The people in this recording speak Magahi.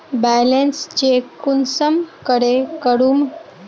बैलेंस चेक कुंसम करे करूम?